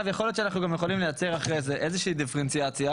שאנחנו גם יכולים לייצר אחרי זה איזושהי דיפרנציאציה,